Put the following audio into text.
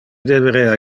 deberea